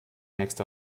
nächste